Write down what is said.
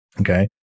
Okay